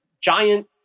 giant